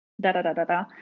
da-da-da-da-da